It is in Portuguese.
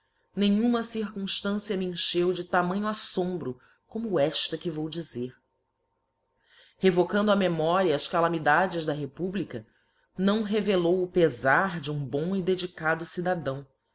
nenhuma circumftancia me encheu de tamanho affombro como efta que vou dizer revocando á memoria as calamidades da republica não revelou o pefar de um bom e dedicado cidadão